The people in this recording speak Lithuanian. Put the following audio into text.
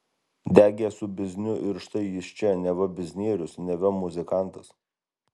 degė su bizniu ir štai jis čia neva biznierius neva muzikantas